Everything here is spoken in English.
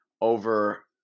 over